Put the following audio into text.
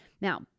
Now